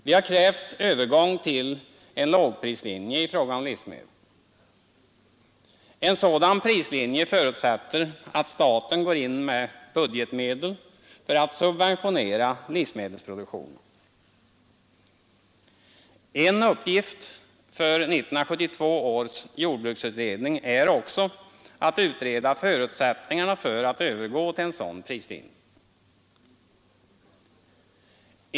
Vi har krävt övergång till en lågprislinje i fråga om livsmedel. En sådan prislinje förutsätter att staten går in med budgetmedel för att subventionera livsmedelsproduktionen. En uppgift för 1972 års jordbruksutredning är också att utreda förutsättningarna för att övergå till en sådan prislinje.